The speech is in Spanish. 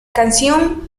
canción